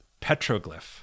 petroglyph